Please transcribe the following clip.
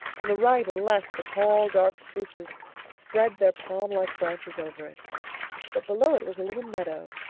on the right and left the tall, dark spruces spread their palm-like branches over it but below it was a little meadow,